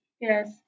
Yes